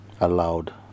allowed